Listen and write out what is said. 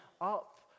up